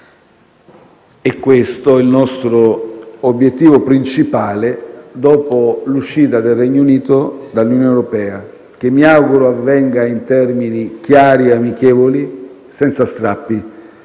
È questo il nostro obiettivo principale dopo l'uscita del Regno Unito dall'Unione europea, che mi auguro avvenga in termini chiari e amichevoli, senza strappi.